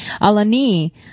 Alani